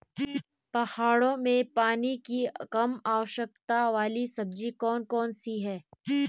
पहाड़ों में पानी की कम आवश्यकता वाली सब्जी कौन कौन सी हैं?